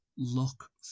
look